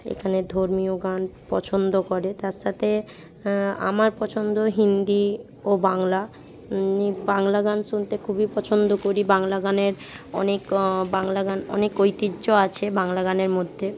এখানে ধর্মীয় গান পছন্দ করে তার সাথে আমার পছন্দ হিন্দি ও বাংলা এই বাংলা গান শুনতে খুবই পছন্দ করি বাংলা গানের অনেক বাংলা গান অনেক ঐতিহ্য আছে বাংলা গানের মধ্যে